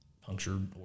punctured